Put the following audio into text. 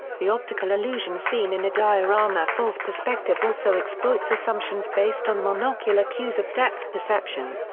the optical illusion seen in a diorama false perspective also exploits assumptions based on monocular cues of depth perception.